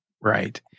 Right